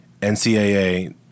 NCAA